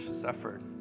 suffered